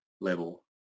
level